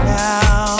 now